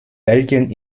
belgien